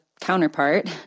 counterpart